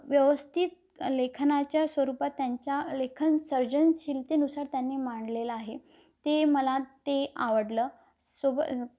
व्यवस्थित लेखनाच्या स्वरूपात त्यांच्या लेखन सर्जनशीलतेनुसार त्यांनी मांडलेलं आहे ते मला ते आवडलं सोबअ